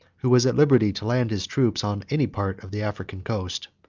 who was at liberty to land his troops on any part of the african coast.